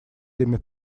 теми